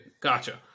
Gotcha